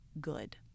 good